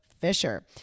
Fisher